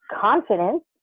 confidence